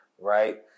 right